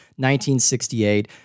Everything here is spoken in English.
1968